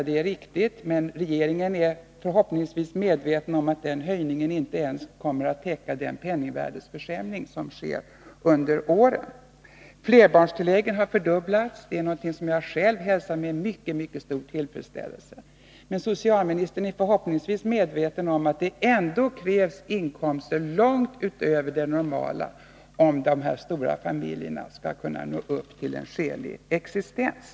Det är riktigt, men regeringen är förhoppningsvis medveten om att den höjningen inte ens kommer att täcka den penningvärdesförsämring som sker. Han säger att flerbarnstilläggen har fördubblats. Det är någonting som jag själv hälsar med mycket stor tillfredsställelse. Men socialministern är förhoppningsvis medveten om att det ändå krävs inkomster långt utöver det normala om dessa stora familjer 87 skall kunna nå upp till en skälig existensnivå.